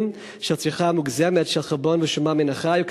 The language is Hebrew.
של צריכה מוגזמת של חלבון ושומן מן החי,